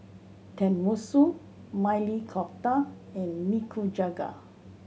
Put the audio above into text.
Tenmusu Maili Kofta and Nikujaga